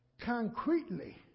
concretely